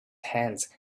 hands